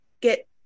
get